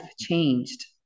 changed